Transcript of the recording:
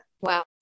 Wow